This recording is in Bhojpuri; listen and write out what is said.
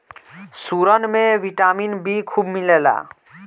सुरन में विटामिन बी खूब मिलेला